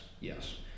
yes